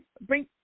bring